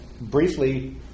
briefly